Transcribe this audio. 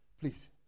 please